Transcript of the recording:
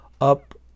up